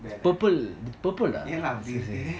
எங்ல அப்பிடி இருக்கு:yeanla apidi iruku